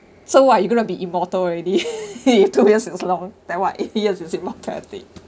so what are you going to be immortal already two years is long then what eighty years is immortality